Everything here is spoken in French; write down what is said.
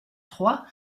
trois